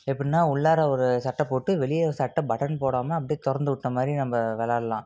எப்படின்னா உள்ளார ஒரு சட்டை போட்டு வெளியே சட்டை பட்டன் போடாமல் அப்படியே திறந்து விட்ட மாதிரியே நம்ப விளாட்லாம்